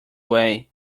way